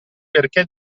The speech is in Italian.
perché